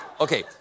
okay